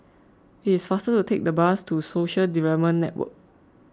it is faster to take the bus to Social Development Network